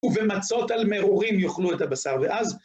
ובמצות על מרורים יאכלו את הבשר, ואז